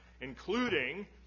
including